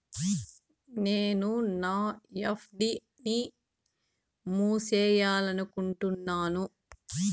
నేను నా ఎఫ్.డి ని మూసేయాలనుకుంటున్నాను